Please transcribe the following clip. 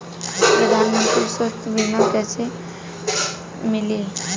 प्रधानमंत्री स्वास्थ्य बीमा कइसे मिली?